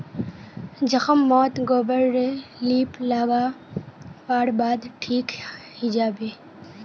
जख्म मोत गोबर रे लीप लागा वार बाद ठिक हिजाबे